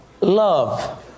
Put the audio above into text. Love